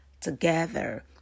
together